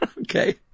Okay